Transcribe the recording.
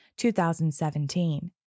2017